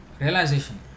realization